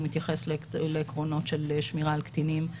הוא מתייחס לעקרונות של שמירה על קטינים.